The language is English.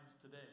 today